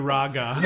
Raga